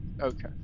Okay